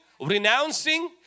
renouncing